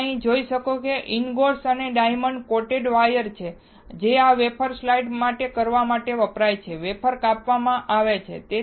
હવે તમે અહીં જુઓ કે ઇંગોટ્સ અને ડાયમંડ કોટેડ વાયર છે જે આ વેફરને સ્લાઇડ કરવા માટે વપરાય છે વેફર કાપવામાં આવે છે